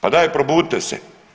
Pa daj probudite se!